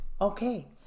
Okay